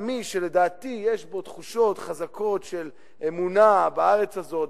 לדעתי יש פה תחושות חזקות של אמונה בארץ הזאת,